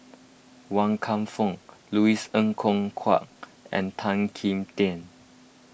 Wan Kam Fook Louis Ng Kok Kwang and Tan Kim Tian